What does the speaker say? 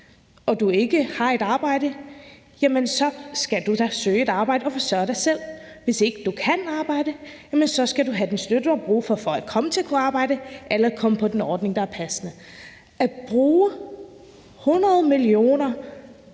og du ikke har et arbejde, så skal du da søge et arbejde og forsørge dig selv. Hvis ikke du kan arbejde, skal du have den støtte, du har brug for, for at komme til at kunne arbejde eller komme på den ordning, der er passende. At bruge 100 mio.